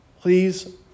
Please